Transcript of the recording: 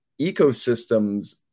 ecosystems